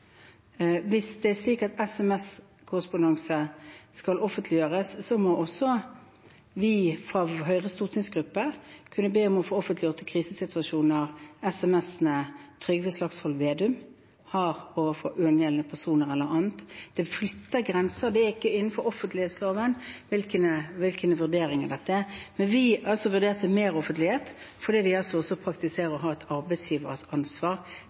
Hvis det er slik at sms-korrespondanse skal offentliggjøres, må også vi fra Høyres stortingsgruppe kunne be om å få offentliggjort i krisesituasjoner sms-ene Trygve Slagsvold Vedum har med ikke-angjeldende personer eller andre. Det flytter grenser. Disse vurderingene er ikke innenfor offentlighetsloven. Men vi vurderte altså mer offentlighet, fordi vi også praktiserer et arbeidsgiveransvar – alle politikere i regjeringen har Statsministerens kontor et arbeidsgiveransvar